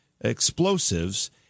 explosives